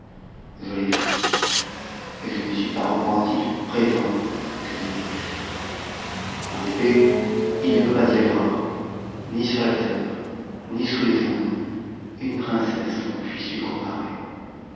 je l'ai vue et je ne nie suis pas repenti du présent que je lui ai fait eu effet il ne peut pas y avoir ni sur la terre ni sous es ondes une princesse qu'on puisse lui comparer